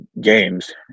games